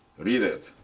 read it.